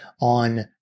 on